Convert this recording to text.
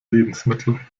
lebensmittel